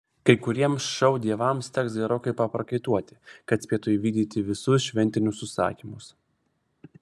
kai kuriems šou dievams teks gerokai paprakaituoti kad spėtų įvykdyti visus šventinius užsakymus